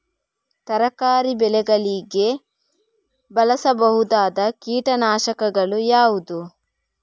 ತರಕಾರಿ ಬೆಳೆಗಳಿಗೆ ಬಳಸಬಹುದಾದ ಕೀಟನಾಶಕಗಳು ಯಾವುವು?